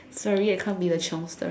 sorry I can't be the chiongster